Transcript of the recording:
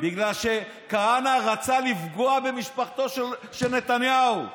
בגלל שכהנא רצה לפגוע במשפחתו של נתניהו,